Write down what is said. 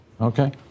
Okay